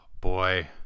Boy